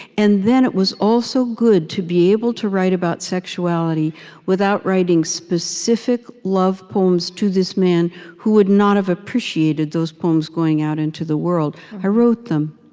and then it was also good to be able to write about sexuality without writing specific love poems to this man who would not have appreciated those poems going out into the world. i wrote them,